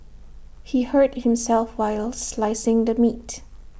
he hurt himself while slicing the meat